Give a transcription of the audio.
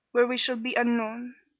where we shall be unknown.